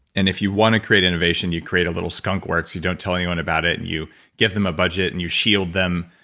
and if you want to create innovation, you create a little skunk works. you don't tell anyone about it and you give them a budget and you shield them.